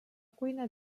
cuina